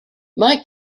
mae